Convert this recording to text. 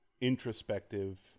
introspective